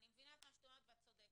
אני מבינה את מה שאת אומרת ואת צודקת,